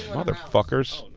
mother fuckers.